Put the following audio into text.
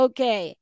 Okay